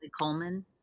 Coleman